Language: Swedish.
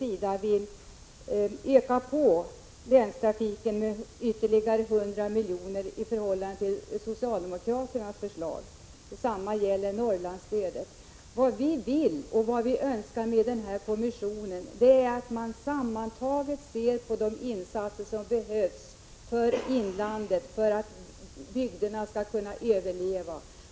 Vi vill öka på länstrafiken med ytterligare 100 milj.kr. i förhållande till socialdemokraternas förslag. Detsamma gäller Norrlandsstödet. Vad vi önskar är att kommissionen skall se samlat på de insatser som behövs för att bygderna i inlandet skall kunna överleva.